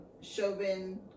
Chauvin